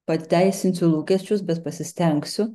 pateisinsiu lūkesčius bet pasistengsiu